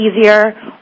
easier